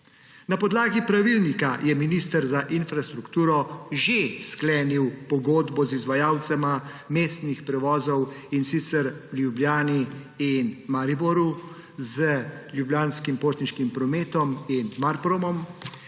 Na podlagi pravilnika je minister za infrastrukturo že sklenil pogodbo z izvajalcema mestnih prevozov, in sicer v Ljubljani in Mariboru, z Ljubljanskim potniškim prometom in Marpromom,